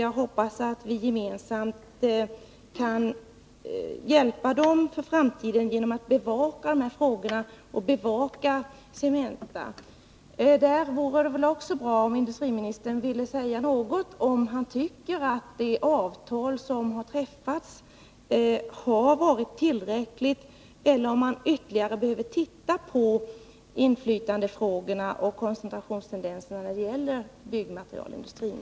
Jag hoppas att vi gemensamt kan hjälpa dem för framtiden genom att bevaka dessa frågor, inkl. Cementas agerande. Det vore också bra om industriministern ville ge besked om han tycker att det avtal som har träffats är tillräckligt eller om man ytterligare behöver utreda inflytandefrågorna och koncentrationstendenserna inom byggmaterialindustrin.